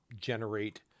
generate